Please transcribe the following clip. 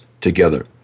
together